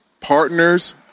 partners